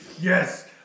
Yes